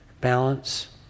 balance